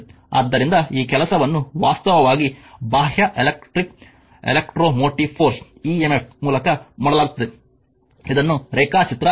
ಆದ್ದರಿಂದ ಈ ಕೆಲಸವನ್ನು ವಾಸ್ತವವಾಗಿ ಬಾಹ್ಯ electric electromotive force emf ಮೂಲಕ ಮಾಡಲಾಗುತ್ತದೆ ಇದನ್ನು ರೇಖಾಚಿತ್ರ 1